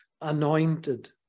anointed